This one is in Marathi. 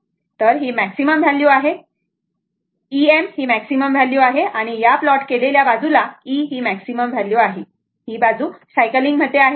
तर ही मॅक्झिमम व्हॅल्यू आहे Em ही मॅक्झिमम व्हॅल्यू आहे आणि या प्लॉट केलेल्या बाजूला E ही मॅक्झिमम व्हॅल्यू आहे आणि हि बाजू सायकलिंग मध्ये आहे